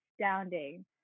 astounding